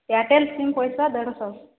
Airtel SIM ପଇସା ଦେଢ଼ଶହ